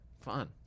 Fun